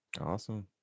Awesome